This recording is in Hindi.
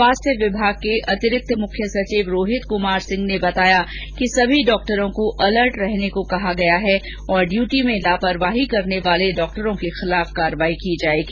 स्वास्थ्य विभाग के अतिरिक्त मुख्य सचिव रोहित कुमार सिंह ने बताया कि सभी डॉक्टरों को अलर्ट रहने को कहा गया है और ड्यूटी में लापरवाही करने वाले डॉक्टरों के खिलाफ कार्यवाही की जाएगी